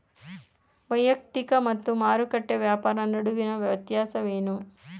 ವೈಯಕ್ತಿಕ ಮತ್ತು ಮಾರುಕಟ್ಟೆ ವ್ಯಾಪಾರ ನಡುವಿನ ವ್ಯತ್ಯಾಸವೇನು?